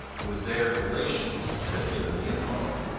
it was their relations that had given the impulse,